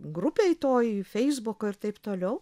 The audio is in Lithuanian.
grupėj toj feisbuko ir taip toliau